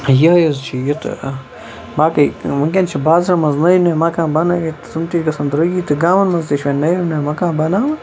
یِہٕے حظ چھِ یہِ تہٕ باقٕے وٕنکٮ۪ن چھِ بازرَن منٛز نٔے نٔے مکان بَنٲوِتھ تِم تہِ چھِ گژھن درٛوٚگی تہٕ گامَن منٛز تہِ چھِ وۄنۍ نٔوۍ نوۍ مکان بَناوان